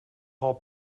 paul